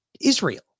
Israel